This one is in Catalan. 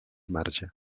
marge